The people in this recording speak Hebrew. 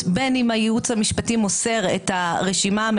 דווקא בגלל שאנחנו את נוסח החוק קבענו הסכמנו